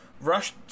Rush